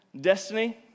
destiny